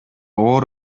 оор